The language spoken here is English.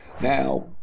Now